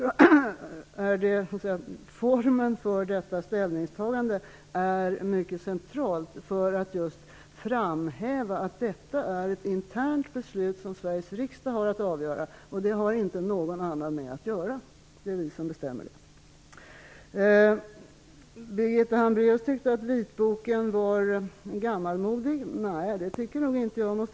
Formen för detta ställningstagande är mycket central, för att just framhäva att detta beslut är internt, att det är Sveriges riksdag som har att avgöra det och att ingen annan har med det att göra; det är Sveriges riksdag som bestämmer. Birgitta Hambraeus tyckte att vitboken var gammalmodig. Det tycker inte jag.